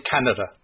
Canada